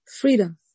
freedom